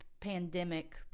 pandemic